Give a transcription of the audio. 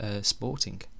Sporting